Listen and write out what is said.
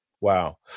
Wow